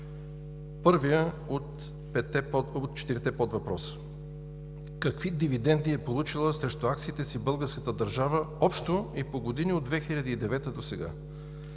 първият от четирите подвъпроса: какви дивиденти е получила срещу акциите си българската държава – общо и по години, от 2009 г. досега?